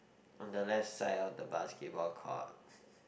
on the left side of the basketball court